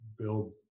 build